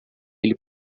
ele